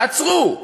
תעצרו.